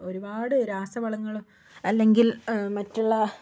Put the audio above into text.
ഒരുപാട് രാസവളങ്ങൾ അല്ലെങ്കിൽ മറ്റുള്ള